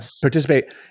participate